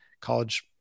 college